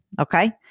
Okay